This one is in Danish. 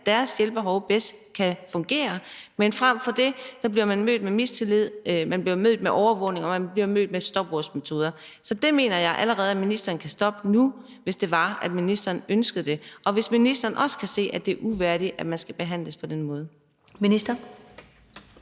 med hjælpen til deres behov. Men i stedet bliver man mødt med mistillid, man bliver mødt med overvågning, og man bliver mødt med stopursmetoder. Så det mener jeg at ministeren kan stoppe allerede nu, hvis ministeren ønsker det, og hvis ministeren også kan se, at det er uværdigt, at man skal behandles på den måde.